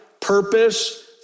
purpose